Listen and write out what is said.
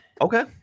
Okay